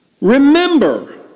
remember